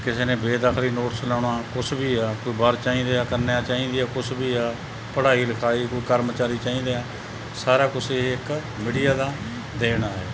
ਕਿਸੇ ਨੇ ਬੇਦਖਲੀ ਨੋਟਸ ਲਾਉਣਾ ਕੁਛ ਵੀ ਆ ਕੋਈ ਵਰ ਚਾਹੀਦੇ ਆ ਕੰਨਿਆ ਚਾਹੀਦੀ ਆ ਕੁਛ ਵੀ ਆ ਪੜ੍ਹਾਈ ਲਿਖਾਈ ਕੋਈ ਕਰਮਚਾਰੀ ਚਾਹੀਦੇ ਆ ਸਾਰਾ ਕੁਛ ਇਹ ਇੱਕ ਮੀਡੀਆ ਦਾ ਦੇਣ ਆ ਇਹ